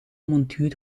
montuur